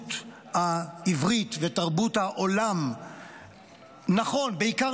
התרבות העברית ותרבות העולם, נכון, בעיקר